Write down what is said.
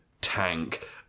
tank